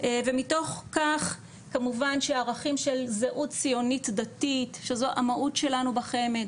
ומתוך כך כמובן שערכים של זהות ציונית דתית שזו המהות שלנו בחמ"ד,